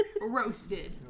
roasted